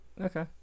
Okay